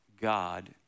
God